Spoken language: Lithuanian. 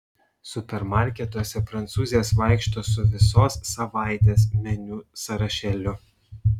supermarketuose prancūzės vaikšto su visos savaitės meniu sąrašėliu